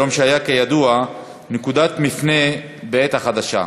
יום שהיה כידוע נקודת מפנה בעת החדשה,